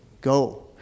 go